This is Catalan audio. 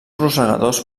rosegadors